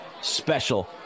special